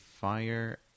fire